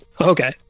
Okay